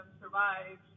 survived